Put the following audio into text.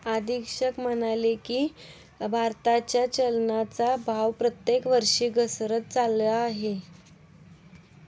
अधीक्षक म्हणाले की, भारताच्या चलनाचा भाव प्रत्येक वर्षी घसरत चालला आहे